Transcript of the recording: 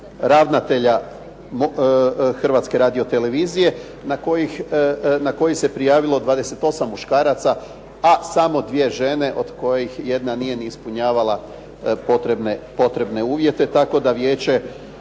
ravnatelja Hrvatske radio-televizije na koji se prijavilo 28 muškaraca, a samo dvije žene od koji jedna nije ni ispunjavala potrebne uvjete. Tako da Vije